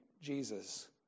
Jesus